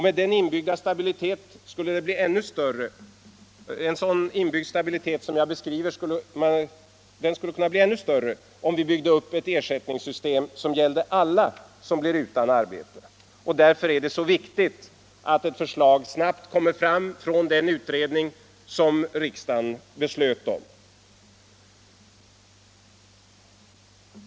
Men denna inbyggda stabilitet skulle bli ännu större om vi byggde upp ett ersättningssystem som gällde alla som blir utan arbete, och därför är det så viktigt att ett förslag snabbt kommer från den utredning som riksdagen fattat beslut om.